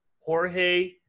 jorge